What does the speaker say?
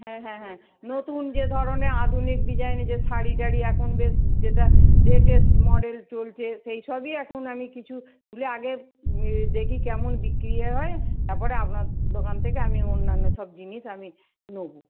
হ্যাঁ হ্যাঁ হ্যাঁ যে ধরনের আধুনিক ডিজাইনের যে শাড়ি টাড়ি এখন বেশ যেটা লেটেস্ট মডেল চলছে সেই সবই এখন আমি কিছু তুলে আগে দেখি কেমন বিক্কিরি হয় তারপরে আপনার দোকান থেকে আমি অন্যান্য সব জিনিস আমি নোবো